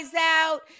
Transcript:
out